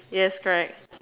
yes correct